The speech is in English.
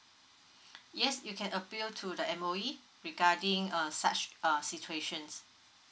yes you can appeal to the M_O_E regarding a such err situations